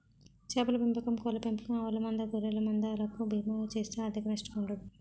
చేపల పెంపకం కోళ్ళ పెంపకం ఆవుల మంద గొర్రెల మంద లకు బీమా చేస్తే ఆర్ధిక నష్టం ఉండదు